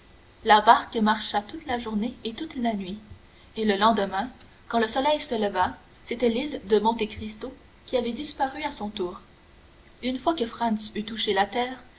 la barque marcha toute la journée et toute la nuit et le lendemain quand le soleil se leva c'était l'île de monte cristo qui avait disparu à son tour une fois que franz eut touché la terre